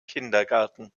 kindergarten